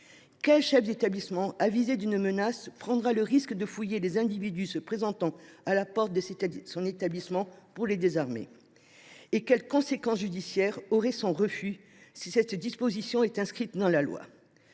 Lequel parmi eux, avisé d’une menace, prendra le risque de fouiller les individus se présentant à la porte de son établissement pour les désarmer ? Quelles conséquences judiciaires aurait son refus, si cette disposition était inscrite dans la loi ?